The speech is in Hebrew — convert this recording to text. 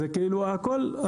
זה כאילו שהכל,